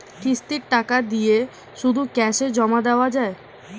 কিস্তির টাকা দিয়ে শুধু ক্যাসে জমা দেওয়া যায়?